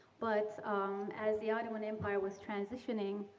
but um as the ottoman empire was transitioning,